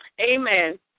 Amen